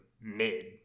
mid